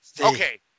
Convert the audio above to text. okay